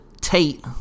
Tate